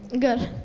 good.